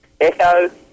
Echo